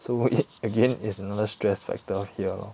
so it~ again is another stress factor here lor